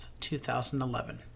2011